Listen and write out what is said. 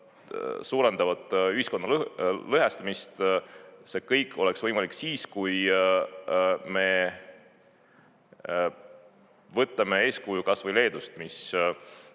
suurendavad ühiskonna lõhestamist. See kõik oleks võimalik siis, kui me võtame eeskuju kasvõi Leedust.